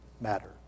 matter